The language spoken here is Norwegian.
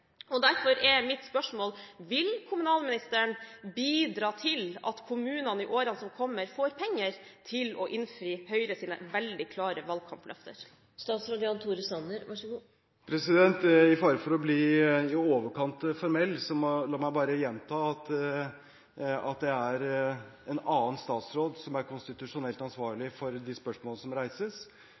Derfor er mitt spørsmål: Vil kommunalministeren bidra til at kommunene i årene som kommer, får penger til å innfri Høyres veldig klare valgkampløfter? Med fare for å bli i overkant formell: La meg bare gjenta at det er en annen statsråd som er konstitusjonelt ansvarlig for de spørsmålene som reises,